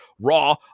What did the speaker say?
Raw